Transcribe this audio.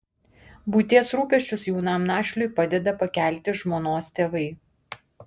buities rūpesčius jaunam našliui padeda pakelti žmonos tėvai